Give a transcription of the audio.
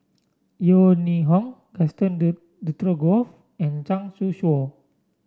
Yeo Ning Hong Gaston Dutronquoy and Zhang Youshuo